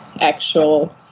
actual